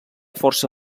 força